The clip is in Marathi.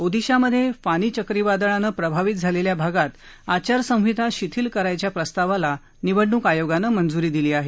ओदिशामधे फानी चक्रीवादळानं प्रभावित झालेल्या भागात आचारसंहिता शिथिल करायच्या प्रस्तावाला निवडणूक आयोगानं मंज्री दिली आहे